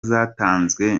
zatanzwe